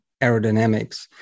aerodynamics